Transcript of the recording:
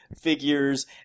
figures